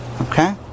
Okay